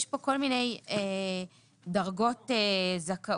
יש כאן כל מיני דרגות זכאות,